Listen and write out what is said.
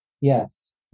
yes